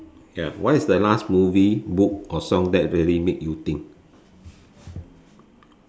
ya what is the last movie book or song that really make you think